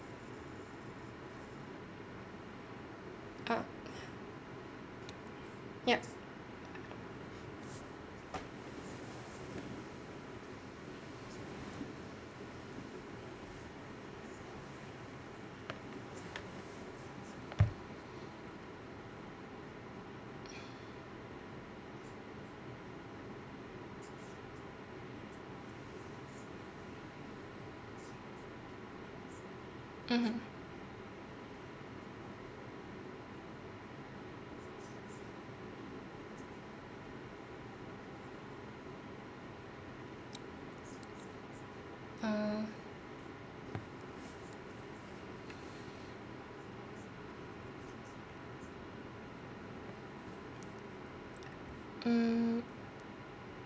uh yup mmhmm mm mm